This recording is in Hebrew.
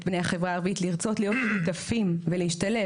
בני החברה הערבית לרצות להיות שותפים ולהשתלב.